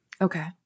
Okay